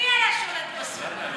מי היה שולט בסורים?